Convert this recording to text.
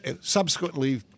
subsequently